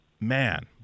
man